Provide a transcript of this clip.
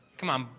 come on,